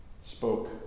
spoke